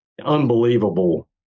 unbelievable